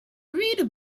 read